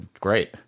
great